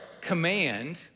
command